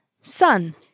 sun